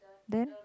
then